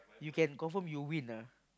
you can confirm you win ah